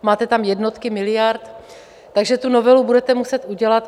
Máte tam jednotky miliard, takže tu novelu budete muset udělat.